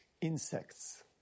insects